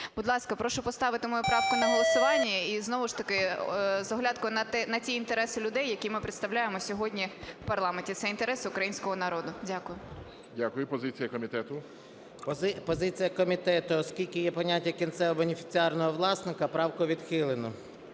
Будь ласка, прошу поставити мою правку на голосування. І знову ж таки з оглядкою на ті інтереси людей, які ми представляємо сьогодні в парламенті, це інтереси українського народу. Дякую. ГОЛОВУЮЧИЙ. Позиція комітету. 10:42:56 СОЛЬСЬКИЙ М.Т. Позиція комітету. Оскільки є поняття кінцевого бенефіціарного власника, правку відхилено.